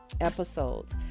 episodes